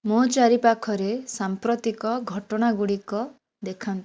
ମୋ ଚାରି ପାଖରେ ସାମ୍ପ୍ରତିକ ଘଟଣା ଗୁଡ଼ିକ ଦେଖାନ୍ତୁ